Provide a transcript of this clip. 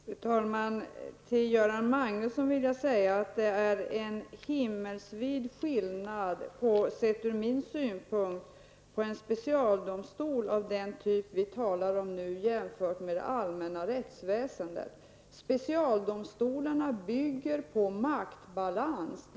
Fru talman! Till Göran Magnusson vill jag säga att det ur min synpunkt är en himmelsvid skillnad mellan en specialdomstol av den typ vi talar om nu och det allmänna rättsväsendet. Specialdomstolarna bygger på maktbalans.